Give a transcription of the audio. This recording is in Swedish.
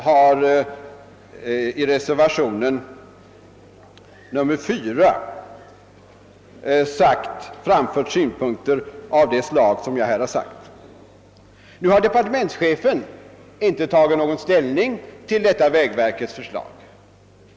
i reservationen 1 framfört synpunkter av det slag jag här redovisat. Departementschefen har inte tagit någon ställning till vägverkets förslag.